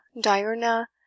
diurna